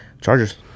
Chargers